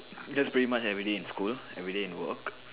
just pretty much everyday in school everyday in work